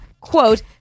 quote